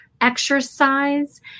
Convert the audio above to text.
exercise